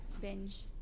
Binge